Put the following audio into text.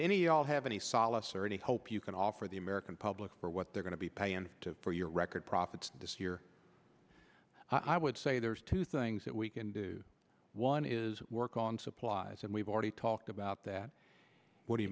any all have any solace or any hope you can offer the american public for what they're going to be paying for your record profits this year i would say there's two things that we can do one is work on supplies and we've already talked about that what do you